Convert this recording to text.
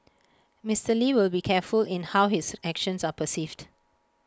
Mister lee will be very careful in how his actions are perceived